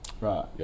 right